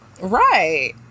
Right